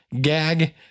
gag